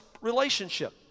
relationship